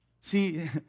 See